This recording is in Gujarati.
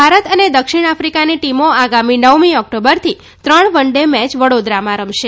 ભારત અને દક્ષિણ આફ્રિકાની ટીમો આગામી નવમી ઓક્ટોબરથી ત્રણ વન ડે મેચ વડોદરામાં રમશે